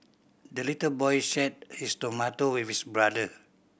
the little boy shared his tomato with his brother